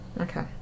Okay